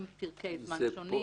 עם פרקי זמן שונים.